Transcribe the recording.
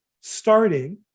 starting